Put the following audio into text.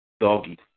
doggy